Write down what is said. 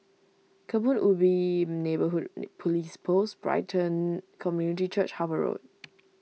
Kebun Ubi Neighbourhood Police Post Brighton Community Church Harper Road